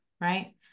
right